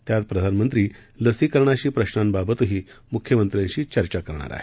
त्यात प्रधानमंत्री लसीकरणाशी प्रश्नांबाबतही म्ख्यमंत्र्यांशी चर्चा करणार आहेत